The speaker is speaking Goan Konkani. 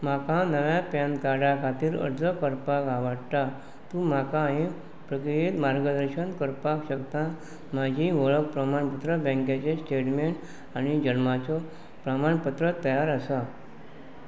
म्हाका नव्या पॅन कार्डा खातीर अर्ज करपाक आवडटा तूं म्हाका प्रकियत मार्गदर्शन करपाक शकता म्हाजी वळख प्रमाणपत्र बँकेचे स्टेटमेंट आनी जल्माच्यो प्रमाणपत्र तयार आसा